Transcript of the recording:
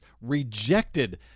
rejected